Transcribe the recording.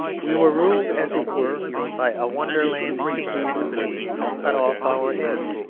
we were ruled, as it were, by a wonderland king and queen, who cut off our heads,